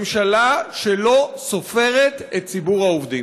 ממשלה שלא סופרת את ציבור העובדים.